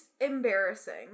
embarrassing